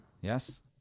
Yes